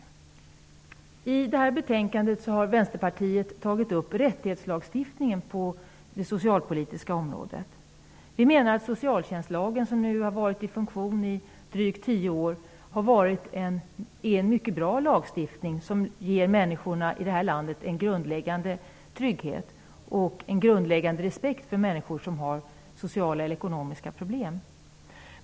I det här betänkandet har Vänsterpartiet tagit upp rättighetslagstiftningen på det socialpolitiska området. Vi menar att socialtjänstlagen, som ju har varit i funktion i drygt tio år, är en mycket bra lagstiftning, som ger människorna i det här landet en grundläggande trygghet och en grundläggande respekt för människor som har sociala eller ekonomiska problem.